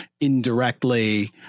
indirectly